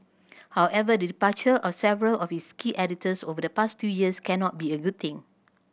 however the departure of several of its key editors over the past two years cannot be a good thing